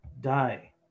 die